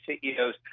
CEOs